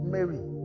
Mary